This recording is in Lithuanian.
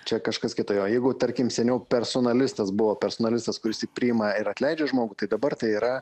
čia kažkas kito jo jeigu tarkim seniau personalistas buvo personalistas kuris tik priima ir atleidžia žmogų tai dabar tai yra